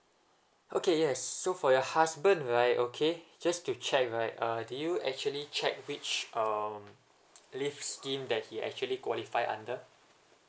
okay yes so for your husband right okay just to check right uh did you actually check which um leave scheme that he actually qualify under